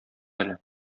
әле